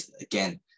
again